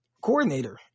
coordinator